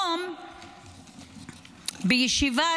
הבוקר בישיבה